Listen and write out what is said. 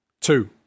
two